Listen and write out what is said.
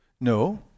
No